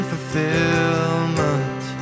fulfillment